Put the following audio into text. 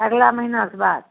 अगिला महीनाके बाद